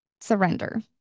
surrender